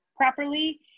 properly